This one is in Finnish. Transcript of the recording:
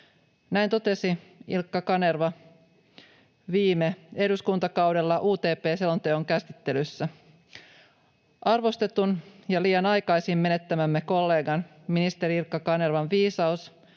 Näin totesi Ilkka Kanerva viime eduskuntakaudella UTP-selonteon käsittelyssä. Arvostetun ja liian aikaisin menettämämme kollegan, ministeri Ilkka Kanervan viisaus